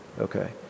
Okay